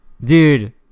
Dude